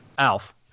Alf